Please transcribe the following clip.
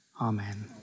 Amen